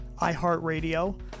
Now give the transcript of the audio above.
iHeartRadio